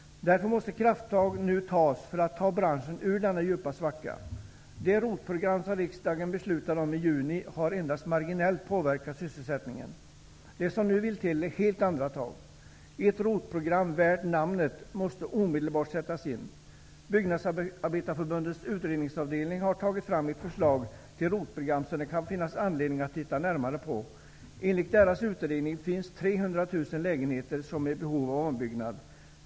Därför måste krafttag nu tas för att ta branschen ur denna djupa svacka. Det ROT-program riksdagen beslutade om i juni har endast marginellt påverkat sysselsättningen. Det som nu vill till är helt andra tag. Ett ROT-program värt namnet måste omedelbart sättas in. Byggnadsarbetareförbundets utredningsavdelning har tagit fram ett förslag till ROT-program som det kan finnas anledning att titta närmare på. Enligt deras utredning finns 300 000 lägenheter som är i behov av ombyggnad.